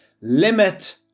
Limit